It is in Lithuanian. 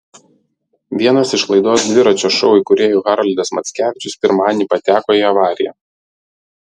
vienas iš laidos dviračio šou įkūrėjų haroldas mackevičius pirmadienį pateko į avariją